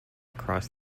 across